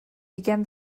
began